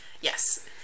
Yes